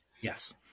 yes